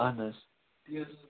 اَہَن حظ